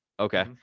Okay